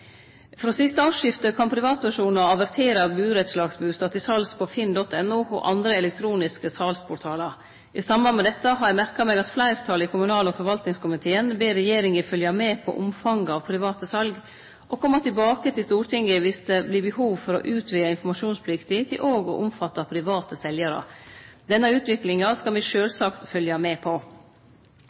Frå siste årsskifte kan privatpersonar avertere burettslagsbustader til sals på Finn.no og andre elektroniske salsportalar. I samband med dette har eg merka meg at fleirtalet i kommunal- og forvaltningskomiteen ber regjeringa følgje med på omfanget av private sal, og kome tilbake til Stortinget dersom det blir behov for å utvide informasjonsplikta til òg å omfatte private seljarar. Denne utviklinga skal me sjølvsagt følgje med på.